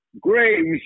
Graves